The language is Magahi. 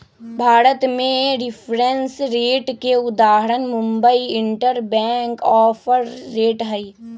भारत में रिफरेंस रेट के उदाहरण मुंबई इंटरबैंक ऑफर रेट हइ